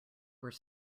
were